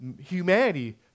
humanity